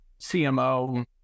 CMO